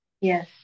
Yes